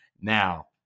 Now